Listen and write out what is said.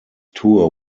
tour